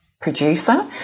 producer